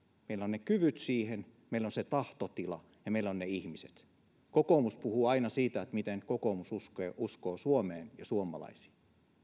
meillä on ne kyvyt siihen meillä on se tahtotila ja meillä on ne ihmiset kokoomus puhuu aina siitä miten kokoomus uskoo uskoo suomeen ja suomalaisiin